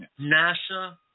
NASA